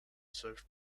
served